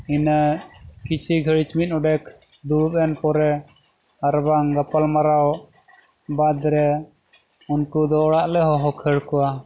ᱤᱱᱟᱹ ᱠᱤᱪᱷᱩ ᱜᱷᱟᱹᱲᱤᱡ ᱢᱤᱫ ᱰᱚᱸᱰᱮᱠ ᱫᱩᱲᱩᱵ ᱮᱱ ᱯᱚᱨᱮ ᱟᱨ ᱵᱟᱝ ᱜᱟᱯᱟᱞᱢᱟᱨᱟᱣ ᱵᱟᱫᱽ ᱨᱮ ᱩᱱᱠᱩ ᱫᱚ ᱚᱲᱟᱜ ᱞᱮ ᱦᱚᱦᱚ ᱠᱷᱟᱹᱲ ᱠᱚᱣᱟ